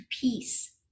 peace